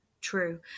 true